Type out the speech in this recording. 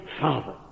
Father